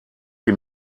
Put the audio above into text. sie